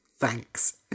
Thanks